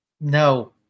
No